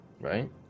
right